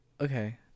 Okay